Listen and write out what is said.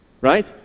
right